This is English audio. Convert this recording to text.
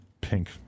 pink